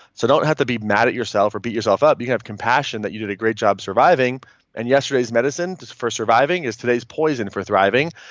so don't have to be mad at yourself or beat yourself up. you can have compassion that you did a great job surviving and yesterday's medicine just for surviving is today's poison for thriving.